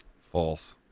False